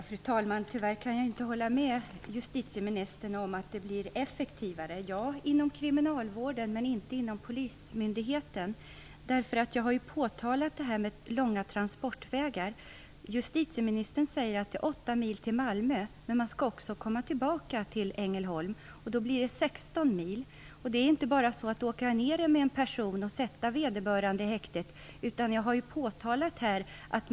Fru talman! Tyvärr kan jag inte hålla med justitieministern om att det blir effektivare. Det blir effektivare inom kriminalvården, men inte inom polismyndigheten. Jag har påpekat problemet med de långa transportvägarna. Justitieministern säger att det är 8 mil till Malmö, men man skall också åka tillbaka till Ängelholm. Då blir det 16 mil. Det är inte bara att åka ned med en person och sätta vederbörande i häktet.